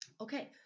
Okay